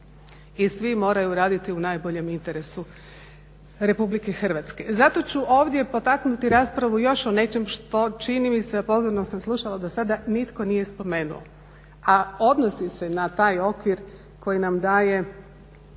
I svi moraju raditi u najboljem interesu Republike Hrvatske. Zato ću ovdje potaknuti raspravu još o nečem što čini mi se a pozorno sam slušala do sada nitko nije spomenuo a odnosi se na taj okvir koji nam daje